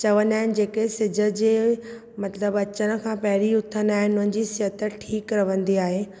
चवंदा आहिनि जेके सिज जे मतिलब अचण खां पंहिरीं उथंदा आहिनि उन्हनि जी सेहत ठीक रवंदी आहे